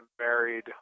married